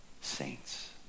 Saints